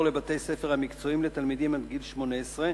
לבתי-הספר המקצועיים לתלמידים עד גיל 18,